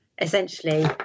essentially